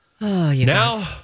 Now